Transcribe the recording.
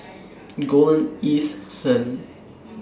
Golden East Sun